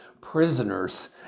prisoners